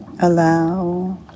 Allow